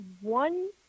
one